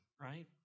right